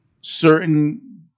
certain